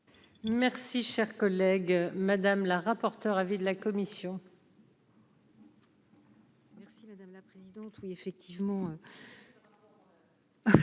Merci, cher collègue madame la rapporteure, avis de la commission.